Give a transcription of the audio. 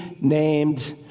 named